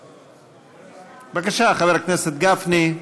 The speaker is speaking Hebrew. בבקשה, חבר הכנסת גפני.